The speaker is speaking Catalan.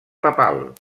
papal